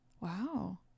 Wow